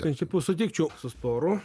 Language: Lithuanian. iš principo sutikčiau su storu